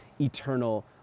eternal